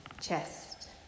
chest